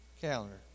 calendar